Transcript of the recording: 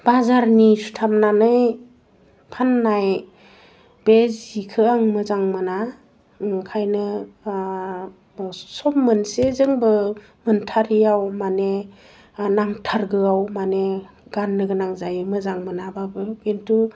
बाजारनि सुथाबनानै फान्नाय बे जिखौ आं मोजां मोना ओंखायनो ओह सब मोनसेजोंबो मोनथारैयाव माने नांथारगोआव माने गान्नो गोनां जायो मोजां मोनाबाबो खिन्थु